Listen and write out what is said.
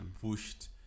pushed